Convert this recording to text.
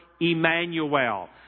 Emmanuel